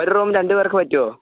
ഒരു റൂം രണ്ട് പേർക്ക് പറ്റുമോ